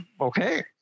okay